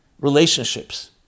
relationships